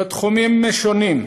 בתחומים שונים: